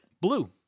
blue